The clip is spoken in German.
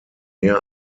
mehr